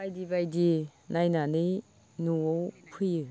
बायदि बायदि नायनानै न'आव फैयो